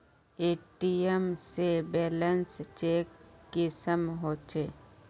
ATM से balance check कुंसम होचे?